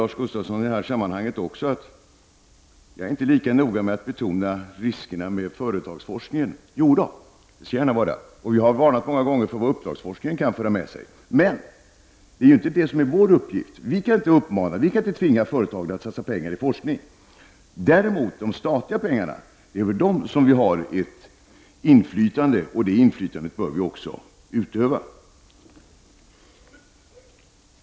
Lars Gustafsson menade vidare att jag inte är lika noga med att betona riskerna med företagsforskningen. Jodå, det gör jag gärna. Jag har många gånger varnat för vad uppdragsforskningen kan föra med sig. Men det är inte vår uppgift i riksdagen. Vi kan inte tvinga företagen att satsa pengar på forskning. Däremot har vi ett inflytande över de statliga pengarna, och det inflytandet bör vi utöva.